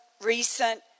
recent